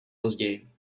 později